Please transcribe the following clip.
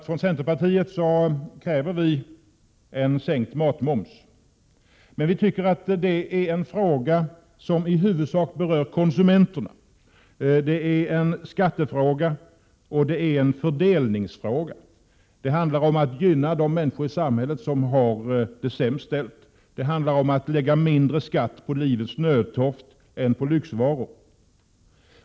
Från centerpartiet kräver vi ju sänkt matmoms, men vi tycker att det är en fråga som i huvudsak berör konsumenterna, att det är en skattefråga och en fördelningsfråga. Det handlar om att gynna de människor i samhället som har det sämst ställt. Det handlar om att lägga mindre skatt på livets nödtroft än på lyxvaror.